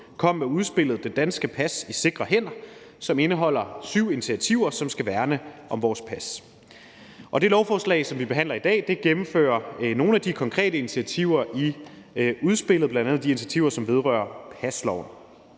kom med udspillet »Det danske pas i sikre hænder«, som indeholder syv initiativer, som skal værne om vores pas. Det lovforslag, som vi behandler i dag, gennemfører nogle af de konkrete initiativer i udspillet, bl.a. de initiativer, som vedrører pasloven.